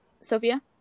Sophia